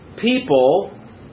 people